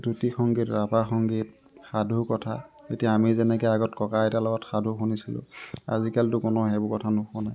জ্যোতি সংগীত ৰাভা সংগীত সাধু কথা এতিয়া আমি যেনেকৈ আগত ককা আইতা লগত সাধু শুনিছিলো আজিকালিতো কোনো সেইবোৰ কথা নুশুনে